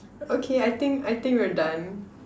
okay I think I think we're done